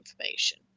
information